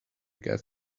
get